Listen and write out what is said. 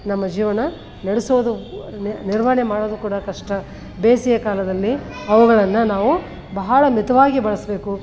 ನಮ್ಮ ಜೀವನ ನಡೆಸೋದು ನಿರ್ವಹಣೆ ಮಾಡೋದು ಕೂಡ ಕಷ್ಟ ಬೇಸಿಗೆ ಕಾಲದಲ್ಲಿ ಅವುಗಳನ್ನು ನಾವು ಬಹಳ ಮಿತವಾಗಿ ಬಳಸಬೇಕು